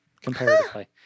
comparatively